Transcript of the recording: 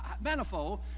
manifold